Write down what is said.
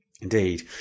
indeed